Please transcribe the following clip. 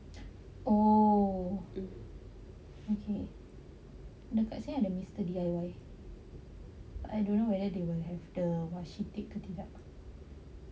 oh okay dekat sini ada mister D_I_Y but I don't know whether they will have the washi tape ke tidak